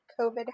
COVID